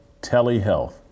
telehealth